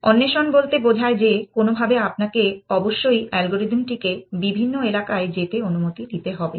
অন্বেষণ বলতে বোঝায় যে কোনওভাবে আপনাকে অবশ্যই অ্যালগরিদম টিকে বিভিন্ন এলাকায় যেতে অনুমতি দিতে হবে